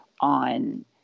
on